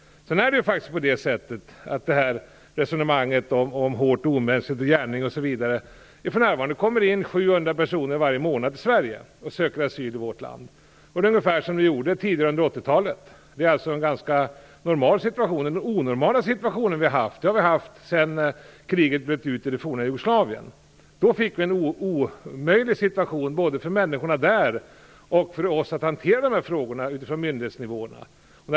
Det kommer faktiskt för närvarande - med tanke på det här resonemanget om hårt och omänskligt, en järnring osv. - 700 personer varje månad till Sverige och söker asyl i vårt land. Det är ungefär som det var tidigare, under 80-talet. Det är alltså en ganska normal situation. Den onormala situationen har vi haft sedan kriget bröt ut i det forna Jugoslavien. Då fick vi en omöjlig situation både för människorna där och för myndighetsnivåerna här när det gällde att hantera de här frågorna.